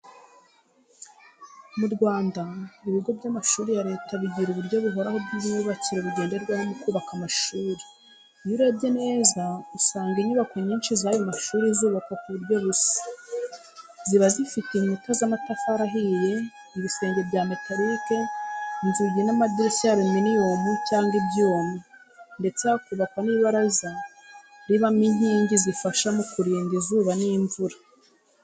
Mu Rwanda, ibigo by’amashuri ya Leta bigira uburyo buhoraho bw’imyubakire bugenderwaho mu kubaka amashuri. Iyo urebye neza usanga inyubako nyinshi z’aya mashuri zubakwa mu buryo busa. Ziba zifite inkuta z’amatafari ahiye, ibisenge bya metarike, inzugi n’amadirishya ya aluminiyumu cyangwa ibyuma, ndetse hakubakwa n’ibaraza ribamo inkingi zifasha mu kurinda izuba n’imvura.